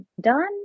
done